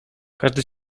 każdy